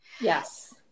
Yes